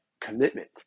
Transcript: commitment